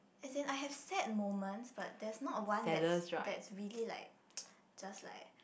as in I have sad moments but there's not one that's that's really like just like